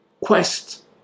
quest